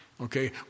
Okay